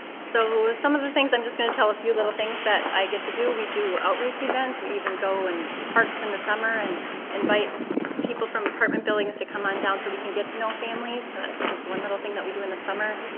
so, some of the things, i'm just gonna tell a few little things that i get to do. we do outreach events. we even go in parks in the summer and invite people from apartment buildings to come on down so we can get to know families. so that's just one little thing that we do in the summer.